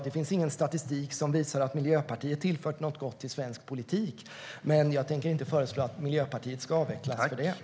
Det finns ingen statistik som visar att Miljöpartiet har tillfört något gott till svensk politik, men jag tänker inte föreslå att Miljöpartiet ska avvecklas för det.